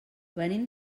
venim